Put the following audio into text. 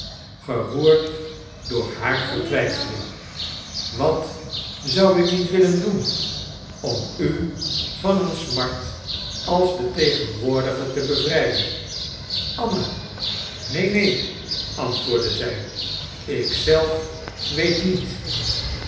geroerd door haar vertwijfeling wat zou ik niet willen doen om u van een smart als de tegenwoordige te bevrijden anna neen neen antwoordde zij ik zelf weet niet